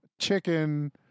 chicken